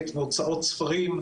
מהצד של אפשר לעשות.